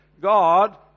God